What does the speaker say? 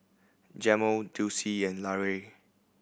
Jamel Dulce and Larae